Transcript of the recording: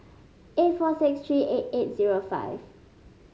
eight four six three eight eight zero five